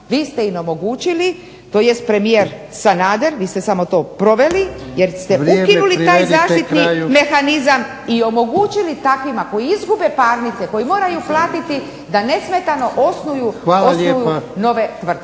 Vi ste samo to proveli. .../Upadica Jarnjak: Vrijeme. Privedite kraju./... Jer ste ukinuli taj zaštitni mehanizam i omogućili takvima koji izgube parnice, koji moraju platiti da nesmetano osnuju nove tvrtke,